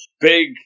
big